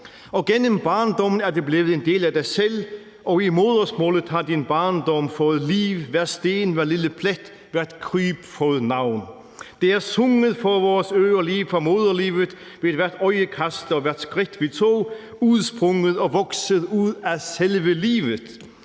og gennem barndommen er det blevet en del af dig selv, og i modersmålet har din barndom fået liv, hver sten, hver lille plet, hvert kryb fået navn. Det er sunget for vores ører, lige fra moderlivet, ved hvert øjekast og hvert skridt, vi tog, udsprunget og vokset ud af selve livet.